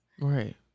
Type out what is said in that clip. Right